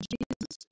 Jesus